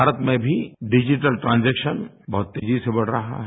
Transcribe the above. भारत में भी digital transaction बहत तेजी से बढ़ रहा है